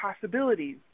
possibilities